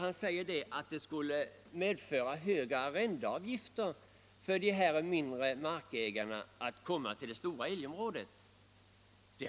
Han säger att det skulle medföra höga arrendeavgifter för de mindre markägarna om de vill vara med i det stora älgområdet. Det